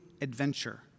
adventure